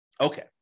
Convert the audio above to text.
Okay